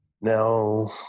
now